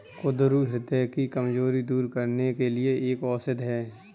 कुंदरू ह्रदय की कमजोरी दूर करने के लिए एक औषधि है